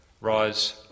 Rise